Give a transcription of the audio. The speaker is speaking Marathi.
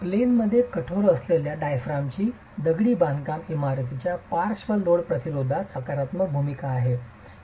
प्लेन मध्ये कठोर असलेल्या डायाफ्रामची दगडी बांधकाम इमारतीच्या पार्श्व लोड प्रतिरोधात सकारात्मक भूमिका आहे